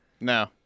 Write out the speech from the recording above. No